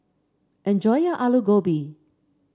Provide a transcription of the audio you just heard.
enjoy your Alu Gobi